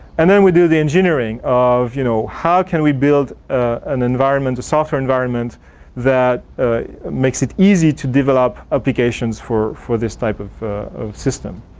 and then we do the engineering of you know, how can we build an environment software environment that makes it easy to develop applications for for this type of of system.